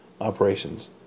operations